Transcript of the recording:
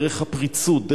דרך הפריצות,